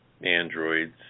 androids